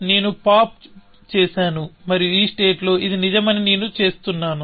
నేను పాప్ చేసాను మరియు ఈ స్టేట్ లో ఇది నిజమని నేను చూస్తున్నాను